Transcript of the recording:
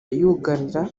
yugarira